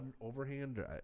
overhand